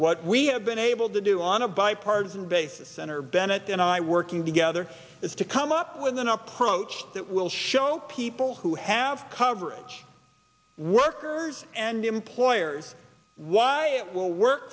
what we have been able to do on a bipartisan basis senator bennett and i working together is to come up with an approach that will show people who have coverage workers and employers why it will work